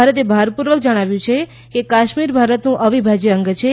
ભારતે ભારપૂર્વક જણાવ્યું છે કે કાશ્મીર ભારતનું અવિભાજ્ય અંગ છે